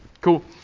Cool